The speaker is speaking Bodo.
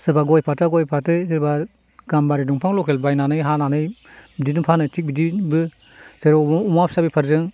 सोरबा गय फाथैया गय फाथै सोरबा गाम्बारि दंफां लकेल बायनानै हानानै बिदिनो फानो थिग बिदिबो जेराव अमा फिसा बेफारजों